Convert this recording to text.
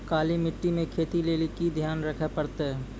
काली मिट्टी मे खेती लेली की ध्यान रखे परतै?